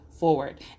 forward